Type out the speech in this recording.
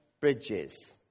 Bridges